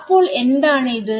അപ്പോൾ എന്താണ് ഇത്